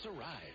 arrived